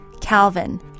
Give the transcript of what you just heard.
Calvin